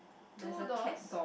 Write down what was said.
two doors